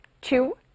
Two